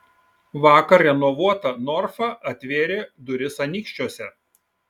vakar renovuota norfa atvėrė duris anykščiuose